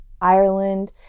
Ireland